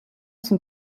son